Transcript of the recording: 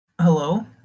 hello